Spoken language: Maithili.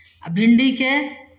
आ भिंडीके